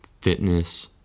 fitness